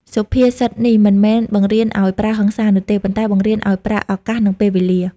សុភាសិតនេះមិនមែនបង្រៀនឱ្យប្រើហិង្សានោះទេ ប៉ុន្តែបង្រៀនឱ្យប្រើ «ឱកាស» និង «ពេលវេលា»។